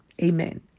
Amen